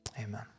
amen